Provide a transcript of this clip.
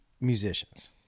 musicians